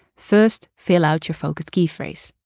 first fill out your focus keyphrase.